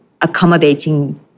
accommodating